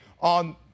on